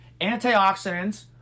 Antioxidants